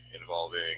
involving